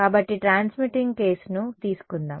కాబట్టి ట్రాన్స్మిటింగ్ కేసును తీసుకుందాం